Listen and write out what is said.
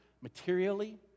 materially